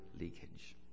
leakage